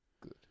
Good